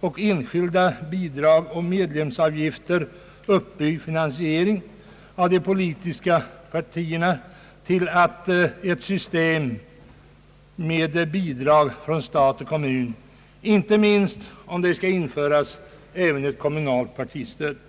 och enskilda bidrag och medlemsavgifter uppbyggd finansiering av de politiska partierna till ett system med bidrag från stat och kommun, inte minst om även ett kommunalt partistöd skall införas.